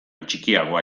txikiagoa